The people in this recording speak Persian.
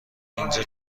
اینجا